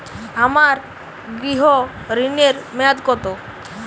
আমার গৃহ ঋণের মেয়াদ কত?